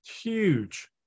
Huge